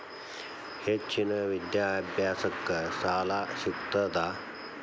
ಹೆಚ್ಚಿನ ವಿದ್ಯಾಭ್ಯಾಸಕ್ಕ ಸಾಲಾ ಸಿಗ್ತದಾ?